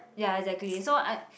ya exactly so I